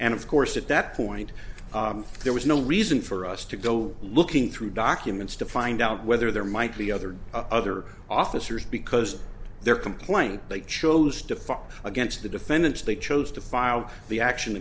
and of course at that point there was no reason for us to go looking through documents to find out whether there might be other other officers because their complaint they chose to fight against the defendants they chose to file the action